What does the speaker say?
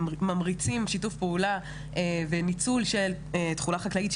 ממריצים שיתוף פעולה וניצול של תכולה חקלאית,